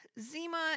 Zima